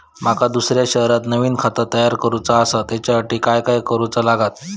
माका दुसऱ्या शहरात नवीन खाता तयार करूचा असा त्याच्यासाठी काय काय करू चा लागात?